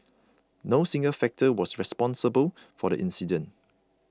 no single factor was responsible for the incident